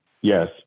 yes